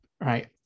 right